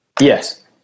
Yes